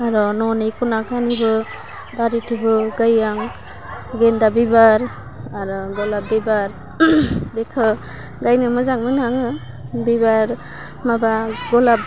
आरो न'नि ख'ना खनिबो बारिथिबो गायो आं गेन्दा बिबार आरो गलाब बिबार बेखो गायनो मोजां मोनो आङो बिबार माबा गलाब